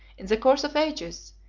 in the course of ages,